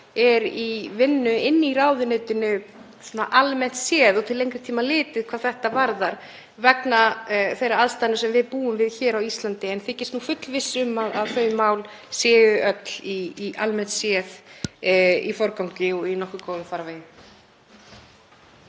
sé í vinnu inni í ráðuneytinu almennt séð og til lengri tíma litið hvað þetta varðar vegna þeirra aðstæðna sem við búum við hér á Íslandi. Ég þykist fullviss um að þau mál séu öll almennt séð í forgangi og í nokkuð góðum farvegi.